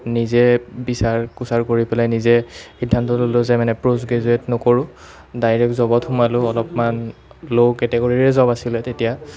নিজে বিচাৰ খোচাৰ কৰি পেলাই নিজে সিদ্ধান্তটো লৈছো মানে পষ্ট গ্ৰেজুয়েট নকৰোঁ ডাইৰেক্ট জবত সোমালোঁ অলপমান ল' কেটেগৰীৰে জব আছিলে তেতিয়া